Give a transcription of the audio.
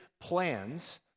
plans